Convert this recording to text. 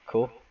cool